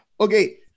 Okay